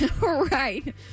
Right